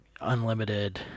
unlimited